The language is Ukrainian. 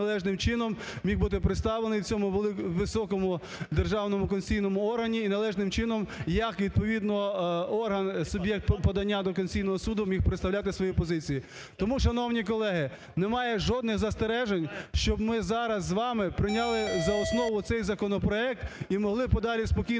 належним чином міг бути представлений в цьому високому державному конституційному органі. І належним чином як відповідно орган, суб'єкт подання до Конституційного Суду міг представляти свою позицію. Тому, шановні колеги, немає жодних застережень, щоб ми зараз з вами прийняли за основу цей законопроект і могли подалі спокійно рухатись,